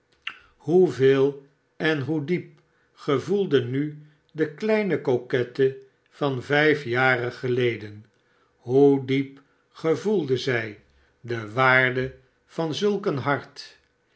hoeveel en hoe diep gevoelde nu de kleine coquette van vijf jaren geleden hoe diep gevoelde zij de waarde van zulk een hartf